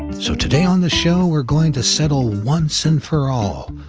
so today on the show we're going to settle once and for all,